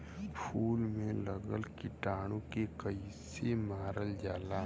फूल में लगल कीटाणु के कैसे मारल जाला?